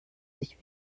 sich